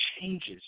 changes